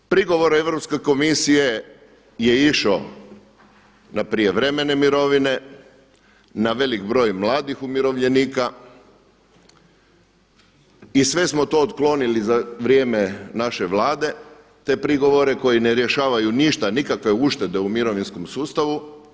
Prigovor Europske komisije je išao na prijevremene mirovine, na velik broj mladih umirovljenika i sve smo to otklonili za vrijeme naše Vlade te prigovore koji ne rješavaju ništa, nikakve uštede u mirovinskom sustavu.